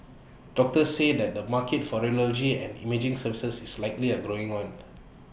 doctors say that the market for radiology and imaging services is likely A growing one